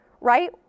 right